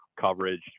coverage